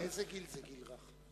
איזה גיל זה גיל רך?